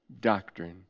doctrine